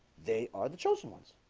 they are the chosen ones